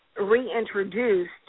reintroduced